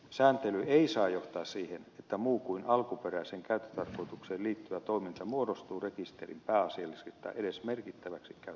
sääntely ei saa johtaa siihen että muu kuin alkuperäiseen käyttötarkoitukseen liittyvä toiminta muodostuu rekisterin pääasialliseksi tai edes merkittäväksi käyttötavaksi